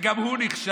וגם הוא נכשל: